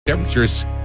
Temperatures